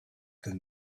than